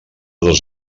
dos